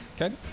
Okay